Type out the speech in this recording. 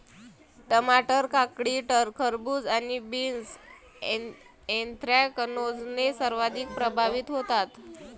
टमाटर, काकडी, खरबूज आणि बीन्स ऍन्थ्रॅकनोजने सर्वाधिक प्रभावित होतात